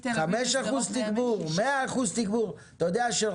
אתה יודע,